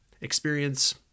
experience